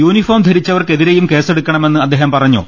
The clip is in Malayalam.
യൂനിഫോം ധരി ച്ചവർക്കെതിരെയും കേസെടുക്കണമെന്ന് അദ്ദേഹം പറഞ്ഞു